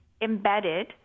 embedded